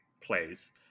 place